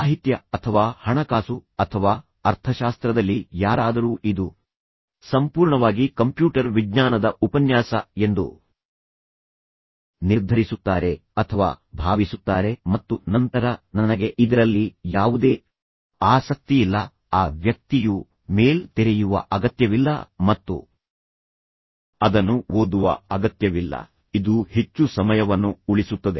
ಸಾಹಿತ್ಯ ಅಥವಾ ಹಣಕಾಸು ಅಥವಾ ಅರ್ಥಶಾಸ್ತ್ರದಲ್ಲಿ ಯಾರಾದರೂ ಇದು ಸಂಪೂರ್ಣವಾಗಿ ಕಂಪ್ಯೂಟರ್ ವಿಜ್ಞಾನದ ಉಪನ್ಯಾಸ ಎಂದು ನಿರ್ಧರಿಸುತ್ತಾರೆ ಅಥವಾ ಭಾವಿಸುತ್ತಾರೆ ಮತ್ತು ನಂತರ ನನಗೆ ಇದರಲ್ಲಿ ಯಾವುದೇ ಆಸಕ್ತಿಯಿಲ್ಲ ಆ ವ್ಯಕ್ತಿಯು ಮೇಲ್ ತೆರೆಯುವ ಅಗತ್ಯವಿಲ್ಲ ಮತ್ತು ಅದನ್ನು ಓದುವ ಅಗತ್ಯವಿಲ್ಲ ಇದು ಹೆಚ್ಚು ಸಮಯವನ್ನು ಉಳಿಸುತ್ತದೆ